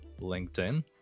LinkedIn